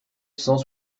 cent